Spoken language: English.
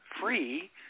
free